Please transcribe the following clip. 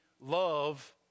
love